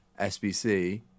SBC